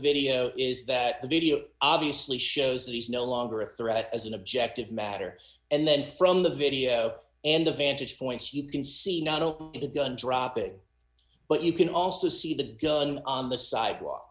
video is that the video obviously shows that he's no longer a threat as an objective matter and then from the video and the vantage points you can see now don't know if the gun drop it but you can also see the gun on the